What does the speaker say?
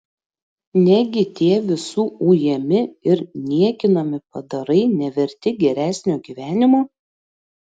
negi tie visų ujami ir niekinami padarai neverti geresnio gyvenimo